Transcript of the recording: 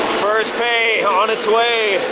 first pay on its way,